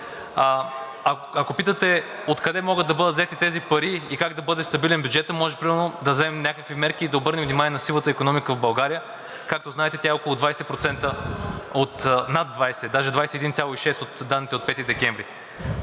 Ако питате откъде могат да бъдат взети тези пари и как да бъде стабилен бюджетът, може примерно да вземем някакви мерки и да обърнем внимание на сивата икономика в България. Както знаете, тя е над 20%, даже 21,6% от данните от 5 декември.